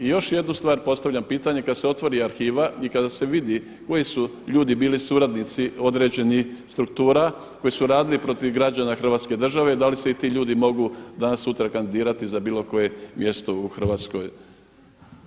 I još jednu stvar postavljam pitanje kada se otvori arhiva i kada se vidi koji su ljudi bili suradnici određenih struktura koji su radili protiv građana Hrvatske države da li se i ti ljudi mogu danas sutra kandidirati za bilo koje mjesto u Hrvatskoj.